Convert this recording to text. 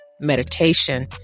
meditation